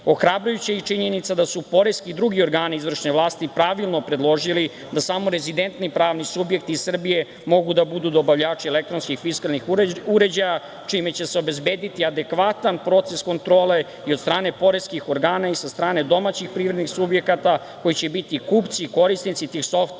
preduzećima. Ohrabrujuća je i činjenica da su poreski i drugi organi izvršne vlasti pravilno predložili da samo rezidentni pravni subjekti Srbije mogu da budu dobavljači elektronskih fiskalnih uređaja, čime će se obezbediti adekvatan proces kontrole i od strane poreskih organa i sa strane domaćih privrednih subjekata koji će biti kupci i korisnici tih